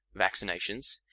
vaccinations